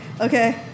Okay